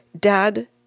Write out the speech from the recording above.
dad